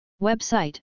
Website